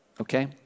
okay